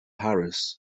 paris